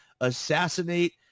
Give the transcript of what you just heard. assassinate